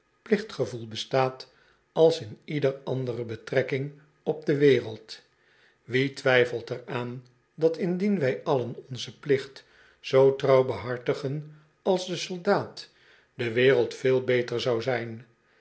plichtgevoel bestaat als in iedere andere betrekking op de wereld wie twijfelt er aan dat indien wij allen onzen plicht zoo trouw behartigden als de soldaat de wereld veel beter zou zijn